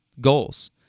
Goals